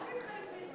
נתקבל.